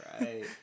right